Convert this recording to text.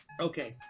Okay